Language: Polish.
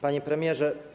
Panie Premierze!